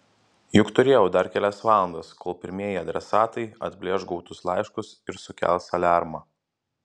juk turėjau dar kelias valandas kol pirmieji adresatai atplėš gautus laiškus ir sukels aliarmą